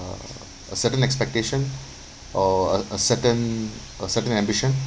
a certain expectation or a a certain a certain ambition